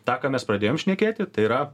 tą ką mes pradėjom šnekėti tai yra